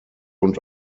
und